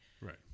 Right